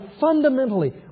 fundamentally